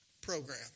program